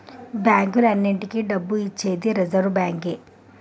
బ్యాంకులన్నింటికీ డబ్బు ఇచ్చేది రిజర్వ్ బ్యాంకే